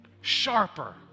Sharper